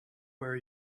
where